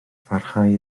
pharhau